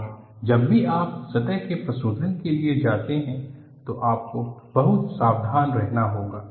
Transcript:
और जब भी आप सतह के प्रशोधन के लिए जाते हैं तो आपको बहुत सावधान रहना होगा